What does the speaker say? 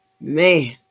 Man